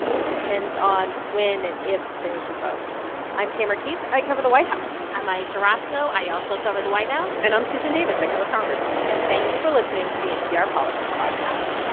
it depends on when and if there's a vote i'm tamara keith. i cover the white house i'm ayesha rascoe. i also cover the white house and i'm susan davis. i cover congress and thank you for listening to the npr politics podcast